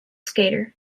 skater